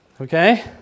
Okay